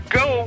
go